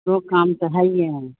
دو کام تو ہے ہی ہے